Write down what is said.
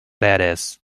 badass